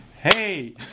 hey